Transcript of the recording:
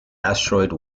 asteroid